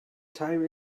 time